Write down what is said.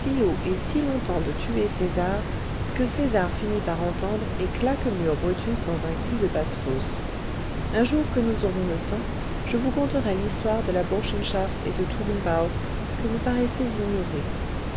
et si longtemps de tuer césar que césar finit par entendre et claquemure brutus dans un cul de basse-fosse un jour que nous aurons le temps je vous conterai l'histoire de la burschenschaft et de tugenbaud que vous paraissez ignorer